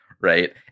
right